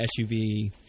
SUV